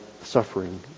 suffering